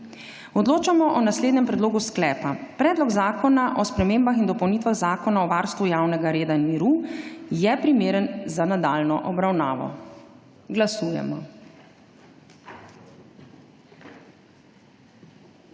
Odločamo o naslednjem predlogu sklepa: Predlog zakona o spremembah in dopolnitvah Zakona o varstvu javnega reda in miru je primeren za nadaljnjo obravnavo. Glasujemo.